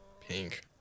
pink